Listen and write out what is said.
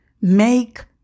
make